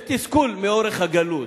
יש תסכול מאורך הגלות.